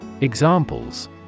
Examples